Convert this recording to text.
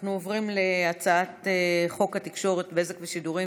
אנחנו עוברים להצעת חוק התקשורת (בזק ושידורים)